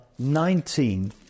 19